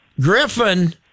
Griffin